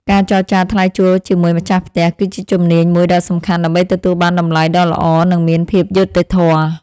ការចរចាថ្លៃជួលជាមួយម្ចាស់ផ្ទះ គឺជាជំនាញមួយដ៏សំខាន់ដើម្បីទទួលបានតម្លៃដ៏ល្អនិងមានភាពយុត្តិធម៌។